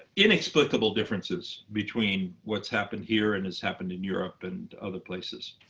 inexplicable differences between what's happened here and has happened in europe and other places.